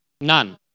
None